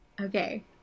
Okay